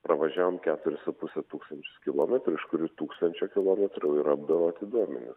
pravažiavom keturis su puse tūkstančius kilometrų iš kurių tūkstančio kilometrų jau yra apdoroti duomeni